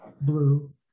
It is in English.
blue